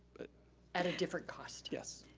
but at a different cost. yes.